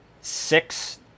six